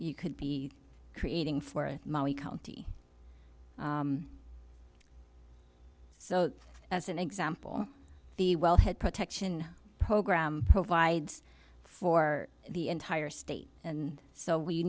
you could be creating for a county so as an example the wellhead protection program provides for the entire state and so we